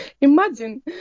Imagine